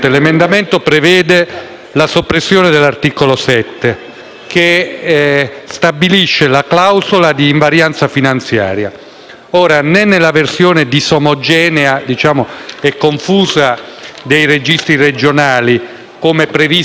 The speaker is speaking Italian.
Ora, né nella versione disomogenea e confusa dei registri regionali, come previsto nel testo in discussione, né nel caso in cui si istituisca un registro nazionale, così come previsto